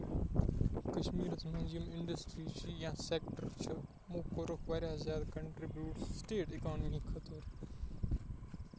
کَشمیٖرس منٛز یِم اِنڈسٹریٖز چھِ یا سیکٹر چھِ تِمو کورُکھ واریاہ زیادٕ کنٹریٚبیوٗٹ سِٹیٹ اِکانمی خٲطرٕ